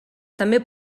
també